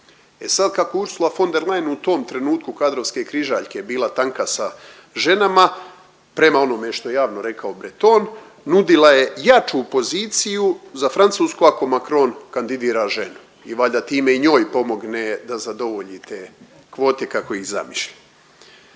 E sad kako Ursula von der Leyen u tom trenutku kadrovske križaljke je bila tanka sa ženama, prema onome što je javno rekao Breton, nudila je jaču poziciju za Francusku ako Macron kandidira ženu i valjda time i njoj pomogne da zadovolji te kvote kako ih zamišlja.